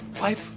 life